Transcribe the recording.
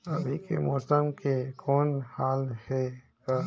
अभी के मौसम के कौन हाल हे ग?